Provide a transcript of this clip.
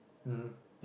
mmhmm